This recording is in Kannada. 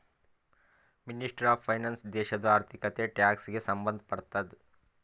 ಮಿನಿಸ್ಟ್ರಿ ಆಫ್ ಫೈನಾನ್ಸ್ ದೇಶದು ಆರ್ಥಿಕತೆ, ಟ್ಯಾಕ್ಸ್ ಗ ಸಂಭಂದ್ ಪಡ್ತುದ